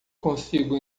consigo